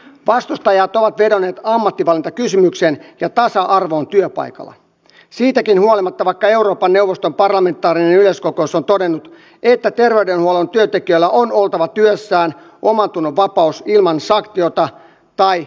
vastustajat ovat vedonneet ammattivalintakysymykseen ja tasa arvoon työpaikalla siitäkin huolimatta vaikka euroopan neuvoston parlamentaarinen yleiskokous on todennut että terveydenhuollon työntekijöillä on oltava työssään omantunnonvapaus ilman sanktiota tai syrjintää